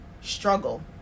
struggle